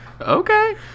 Okay